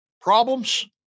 problems